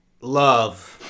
love